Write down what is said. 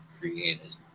created